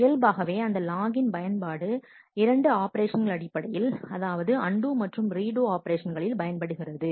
இயல்பாகவே அந்த லாகின் பயன்பாடு இரண்டு ஆபரேஷன்கள் அடிப்படையில் அதாவது அண்டு மற்றும் ரீடு ஆபரேஷன்களில் பயன்படுகிறது